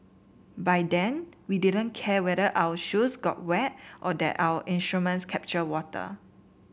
by then we didn't care whether our shoes got wet or that our instruments captured water